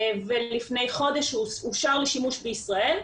לפני חודש הוא אושר לשימוש בישראל.